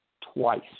twice